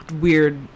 weird